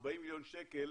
40 מיליארד שקל